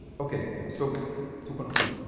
ok. so to conclude.